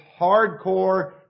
hardcore